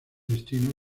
destino